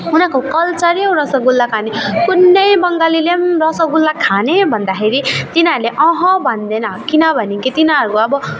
उनीहरूको कल्चर हो रसोगुल्ला खाने कुनै बङ्गालीले रसोगुल्ला खाने भन्दाखेरि तिनीहरूले भन्दैन किनभने कि तिनीहरू अब